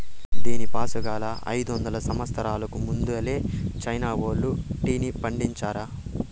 దీనిపాసుగాలా, అయిదొందల సంవత్సరాలకు ముందలే చైనా వోల్లు టీని పండించారా